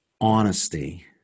honesty